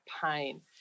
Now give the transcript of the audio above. pain